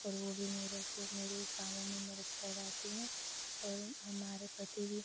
और वह भी मुझको मेरे कामों में मदद करवाती हैं और हमारे पति भी